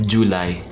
July